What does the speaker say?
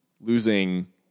losing